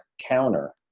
counter